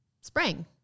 spring